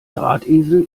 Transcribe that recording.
drahtesel